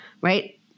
Right